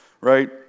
right